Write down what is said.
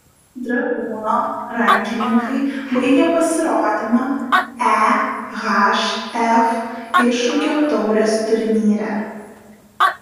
dragūno rankininkai baigė pasirodymą ehf iššūkio taurės turnyre